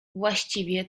właściwie